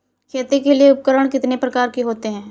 खेती के लिए उपकरण कितने प्रकार के होते हैं?